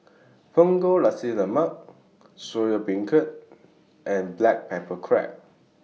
Punggol Nasi Lemak Soya Beancurd and Black Pepper Crab